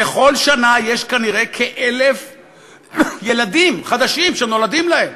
וכל שנה יש כנראה כ-1,000 ילדים חדשים שנולדים להם.